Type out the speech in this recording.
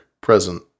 present